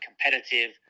competitive